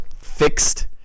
fixed